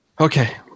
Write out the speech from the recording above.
Okay